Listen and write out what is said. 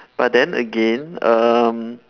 but then again um